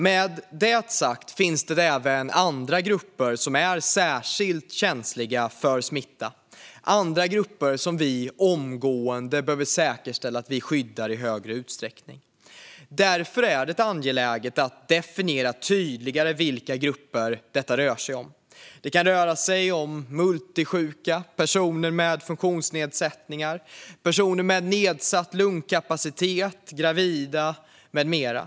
Med detta sagt finns det även andra grupper som är särskilt känsliga för smitta och som vi omgående behöver säkerställa att vi skyddar i större utsträckning. Därför är det angeläget att definiera tydligare vilka grupper det rör sig om. Det kan röra sig om multisjuka, personer med funktionsnedsättningar, personer med nedsatt lungkapacitet, gravida med flera.